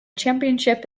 championship